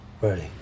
Ready